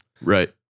Right